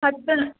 ಹತ್ತು